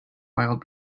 wild